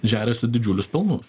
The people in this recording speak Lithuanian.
žeriasi didžiulius pelnus